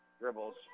Dribbles